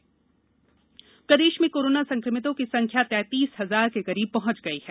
प्रदेश corona प्रदेश में corona संक्रमितों की संख्याा तैतीस हजार के करीब पहंच गई है